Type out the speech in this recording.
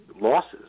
losses